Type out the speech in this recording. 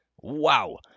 wow